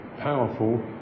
powerful